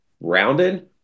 rounded